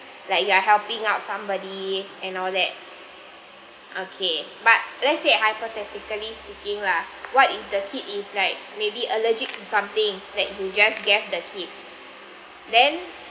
like you are helping out somebody and all that okay but let's say hypothetically speaking lah what if the kid is like maybe allergic to something that you just gave the kid then